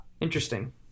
interesting